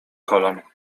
kolan